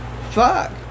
fuck